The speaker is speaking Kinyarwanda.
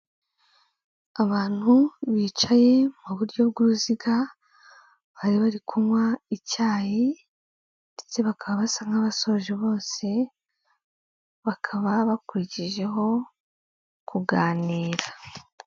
Abantu bicaye mu buryo bw'uruziga, bari bari kunywa icyayi ndetse bakaba basa nk'abasoje bose, bakaba bakurikijeho kuganira.